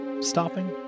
stopping